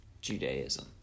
Judaism